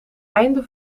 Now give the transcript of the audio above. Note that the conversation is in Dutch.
einde